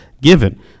given